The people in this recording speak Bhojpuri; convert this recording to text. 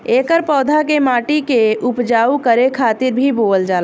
एकर पौधा के माटी के उपजाऊ करे खातिर भी बोअल जाला